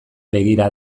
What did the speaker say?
begira